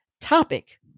topic